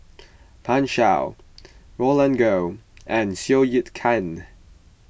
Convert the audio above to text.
Pan Shou Roland Goh and Seow Yit Kin